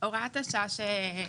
אני אסביר.